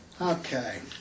Okay